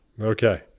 Okay